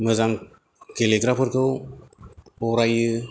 मोजां गेलेग्राफोरखौ बरायो